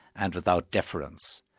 and without deference.